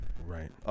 Right